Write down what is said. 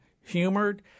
humored